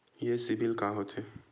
ये सीबिल का होथे?